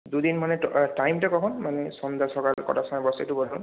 দুদিন মানে তো আর টাইমটা কখন মানে সন্ধ্যা সকাল কটার সময় বসে একটু বলুন